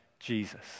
Jesus